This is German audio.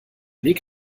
weg